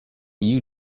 you